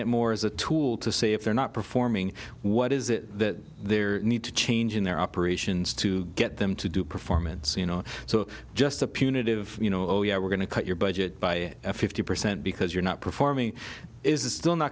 it more as a tool to say if they're not performing what is that their need to change in their operations to get them to do performance you know so just a punitive you know we're going to cut your budget by fifty percent because you're not performing is still not